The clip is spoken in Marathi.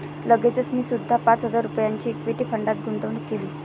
लगेचच मी सुद्धा पाच हजार रुपयांची इक्विटी फंडात गुंतवणूक केली